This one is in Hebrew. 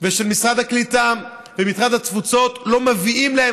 ושל משרד הקליטה ומשרד התפוצות לא נותנים להם